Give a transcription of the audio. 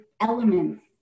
elements